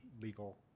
legal